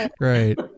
right